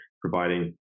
providing